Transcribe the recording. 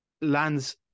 lands